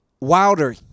Wilder